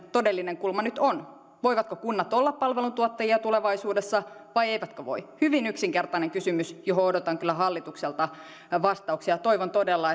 todellinen kulma nyt on voivatko kunnat olla palveluntuottajia tulevaisuudessa vai eivätkö voi hyvin yksinkertainen kysymys johon odotan kyllä hallitukselta vastauksia toivon todella